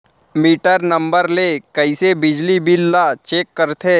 Metre number ले कइसे बिजली बिल ल चेक करथे?